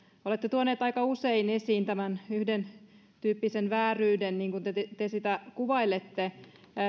olette tuonut aika usein esiin tämän yhdentyyppisen vääryyden niin kuin te te sitä kuvailette